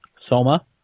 soma